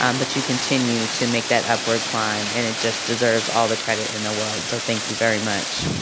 um but you continue to make that upward climb and it just deserves all the credit in the world so thank you very much.